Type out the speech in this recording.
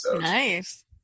Nice